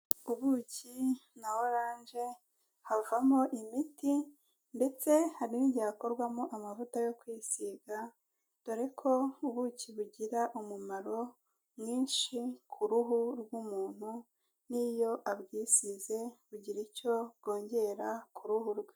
Ubuki na oranje havamo imiti ndetse hari n'igihe hakorwamo amavuta yo kwisiga, dore ko ubuki bugira umumaro mwinshi ku ruhu rw'umuntu, n'iyo abwisize bugira icyo bwongera ku ruhu rwe.